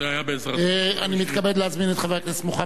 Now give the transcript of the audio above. אני מתכבד להזמין את חבר הכנסת מוחמד ברכה,